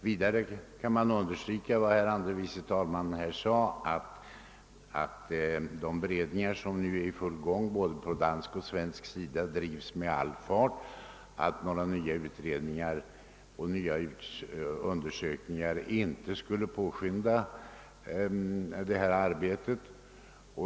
Vidare bör understrykas vad herr andre vice talmannen här sagt, nämligen att de beredningar som nu är i gång både på svensk och dansk sida bedrivs med all skyndsamhet och att några nya utredningar och undersökningar inte kan påskynda detta arbete.